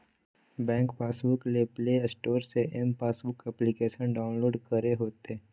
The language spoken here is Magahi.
बैंक पासबुक ले प्ले स्टोर से एम पासबुक एप्लिकेशन डाउनलोड करे होतो